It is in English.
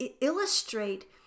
illustrate